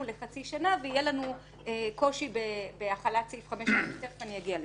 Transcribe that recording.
לחצי שנה ויהיה קושי בהחלה של סעיף 5. אבל תכף אני אגיע לזה.